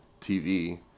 TV